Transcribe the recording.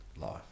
life